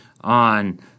on